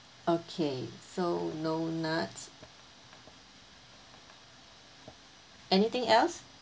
okay so no nuts anything else